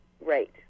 right